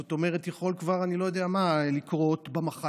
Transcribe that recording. זאת אומרת, יכול כבר אני לא יודע מה לקרות במחלה.